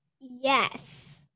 Yes